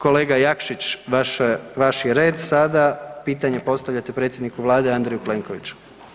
Kolega Jakšić, vaš je red sada, pitanje postavljate predsjedniku Vlade Andreju Plenkoviću.